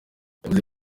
yavuze